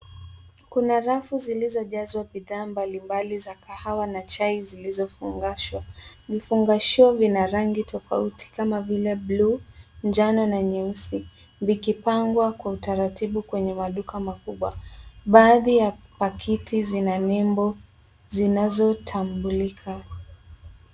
Kuna rafu zilizojazwa bidhaa mbali mbali za kahawa na chai zilizofungashwa. Vifungashio vina rangi tofauti, kama vile blue , njano, na nyeusi, vikipangwa kwa utaratibu kwenye maduka makubwa. Baadhi ya pakiti zina nebo zinazotambulika.